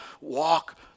walk